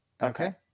Okay